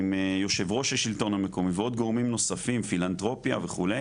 עם יו"ר השלטון המקומי ועוד גורמים נוספים פילנתרופיה וכו'.